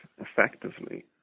effectively